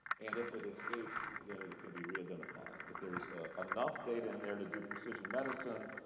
and if it escapes, then it it can be re-identified. if there is enough data in there to do precision medicine,